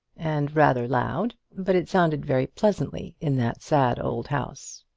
and rather loud, but it sounded very pleasantly in that sad old house.